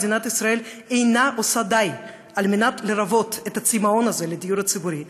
מדינת ישראל אינה עושה די להרוות את הצימאון הזה לדיור ציבורי.